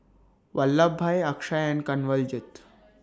Vallabhbhai Akshay and Kanwaljit